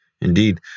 Indeed